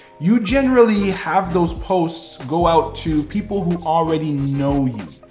you generally have those posts go out to people who already know you.